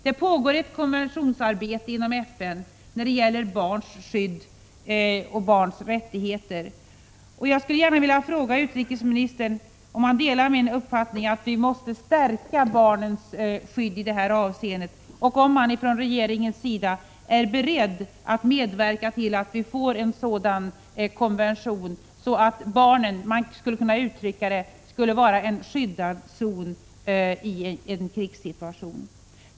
Det pågår inom FN ett konventionsarbete när det gäller barns skydd och barns rättigheter. Jag skulle gärna vilja fråga utrikesministern om han delar min uppfattning att vi måste stärka barnens skydd i det här avseendet och om man från regeringens sida är beredd att medverka till att vi får en sådan konvention att barnen i en krigssituation blir, som man skulle kunna uttrycka det, en skyddad zon.